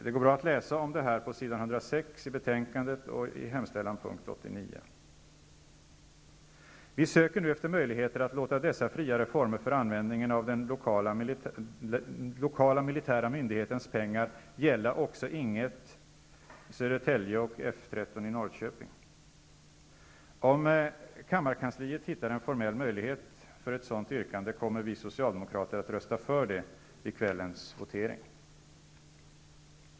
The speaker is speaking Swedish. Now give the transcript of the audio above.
Det går bra att läsa om det här på s. 106 i betänkandet och i hemställan punkt Vi söker nu efter möjligheter att låta dessa friare former för användningen av den lokala militära myndighetens pengar gälla också Ing 1 i Södertälje och F13 i Norrköping. Om kammarkansliet hittar en formell möjlighet för ett sådant yrkande kommer vi socialdemokrater att rösta för det vid kvällens votering.